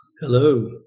Hello